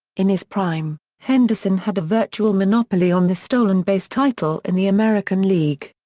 in his prime, henderson had a virtual monopoly on the stolen base title in the american league.